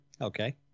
Okay